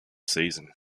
season